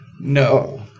no